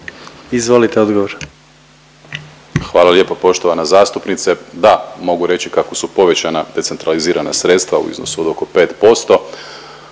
Marko** Hvala lijepo poštovana zastupnice. Da, mogu reći kako su povećana decentralizirana sredstva u iznosu od oko 5%,